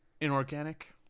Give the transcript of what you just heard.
inorganic